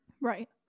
Right